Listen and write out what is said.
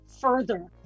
further